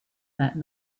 that